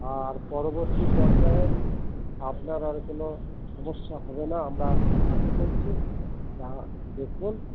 আর পরবর্তী পর্যায়ে আপনার আর কোনো সমস্যা হবে না আমরা আশা করছি তা দেখুন